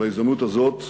בהזדמנות הזאת,